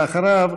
ואחריו,